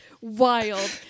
wild